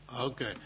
Okay